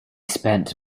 spent